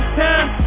time